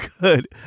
good